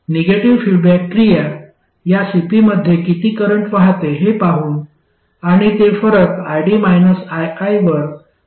negative feedback क्रिया या Cp मध्ये किती करंट वाहते हे पाहून आणि ते फरक id ii वर अवलंबून असते